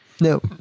No